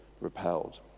repelled